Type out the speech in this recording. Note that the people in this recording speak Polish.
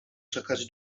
czekać